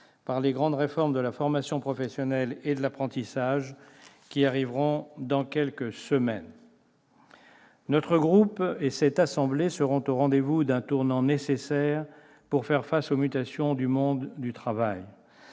par les grandes réformes de la formation professionnelle et de l'apprentissage qui arriveront dans quelques semaines. Notre groupe et cette assemblée seront au rendez-vous d'un tournant nécessaire pour faire face aux mutations du monde du travail.